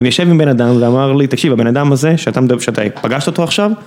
אני יושב עם בן אדם ואמר לי תקשיב הבן אדם הזה שאתה פגשת אותו עכשיו